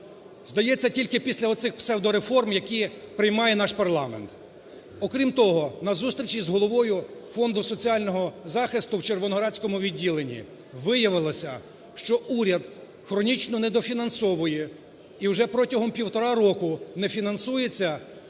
Здається, тільки після оцих псевдореформ, які приймає наш парламент. Окрім того на зустрічі з головою Фонду соціального захисту в Червоноградському відділенні виявилося, що уряд хронічно недофінансовує і вже протягом півтора року не фінансується